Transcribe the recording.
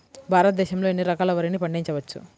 భారతదేశంలో ఎన్ని రకాల వరిని పండించవచ్చు